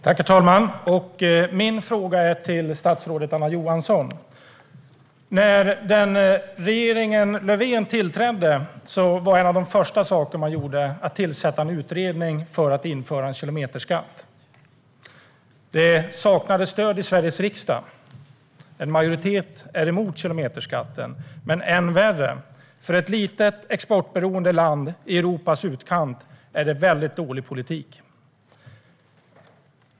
Herr talman! Min fråga går till statsrådet Anna Johansson. En av de första saker som gjordes när regeringen Löfven tillträdde var att tillsätta en utredning för att införa en kilometerskatt. Det saknades stöd i Sveriges riksdag. En majoritet är emot kilometerskatten. Men det är värre än så. För ett litet exportberoende land i Europas utkant är detta väldigt dålig politik.